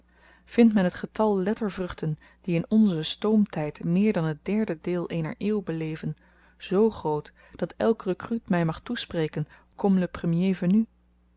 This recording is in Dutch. vindt men t getal lettervruchten die in onzen stoomtyd meer dan het derde deel eener eeuw beleven z groot dat elk rekruut my mag toespreken comme le